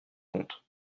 comptes